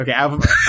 Okay